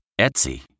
Etsy